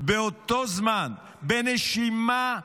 באותו זמן, בנשימה אחת,